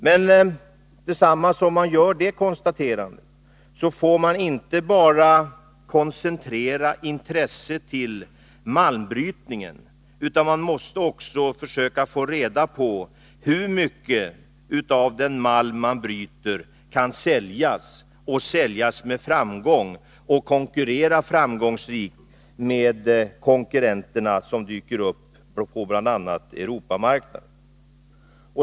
Men samtidigt som man gör det konstaterandet får man inte bara koncentrera intresset till malmbrytningen, utan man måste också försöka få reda på hur mycket av den malm man bryter som kan säljas; säljas med framgång och konkurrera framgångsrikt med de konkurrenter som dyker upp på bl.a. Europamarknaden.